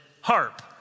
harp